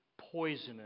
poisonous